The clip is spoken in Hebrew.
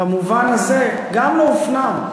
במובן הזה, גם לא הופנם.